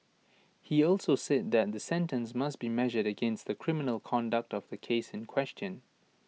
he also said that the sentence must be measured against the criminal conduct of the case in question